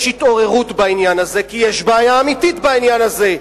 יש התעוררות בעניין הזה כי יש בעיה אמיתית בעניין הזה.